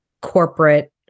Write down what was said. corporate